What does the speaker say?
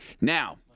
Now